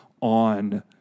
on